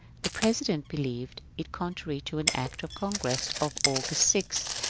the pre sident believed it contrary to an act of congress of august six,